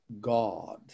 God